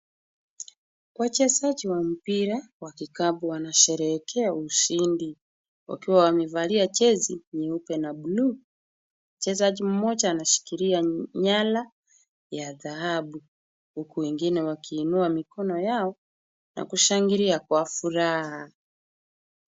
Wachezaji wa mpira wa kikapu wanasherehekea ushindi. Wakiwa wamevalia jezi nyeupe na bluu. Mchezaji mmoja anashikilia nyala ya dhahabu. Huku wengine wakiinua mikono yao na kushangilia kwa furaha.